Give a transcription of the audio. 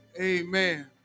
Amen